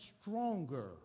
stronger